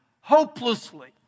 hopelessly